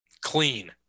Clean